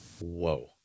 Whoa